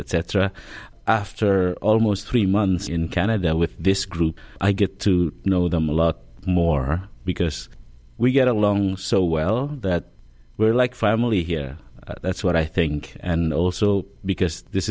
cetera after almost three months in canada with this group i get to know them a lot more because we get along so well that we're like family here that's what i think and also because this